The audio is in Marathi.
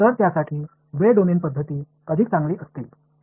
तर त्यासाठी वेळ डोमेन पद्धती अधिक चांगली असतील